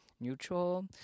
neutral